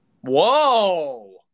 Whoa